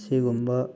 ꯁꯤꯒꯨꯝꯕ